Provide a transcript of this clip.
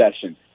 session